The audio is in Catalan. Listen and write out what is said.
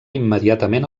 immediatament